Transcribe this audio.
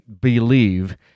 believe